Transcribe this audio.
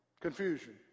confusion